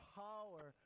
power